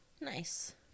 Nice